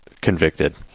convicted